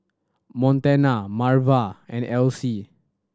Montana Marva and Elsie